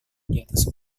diatas